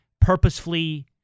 purposefully